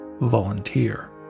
volunteer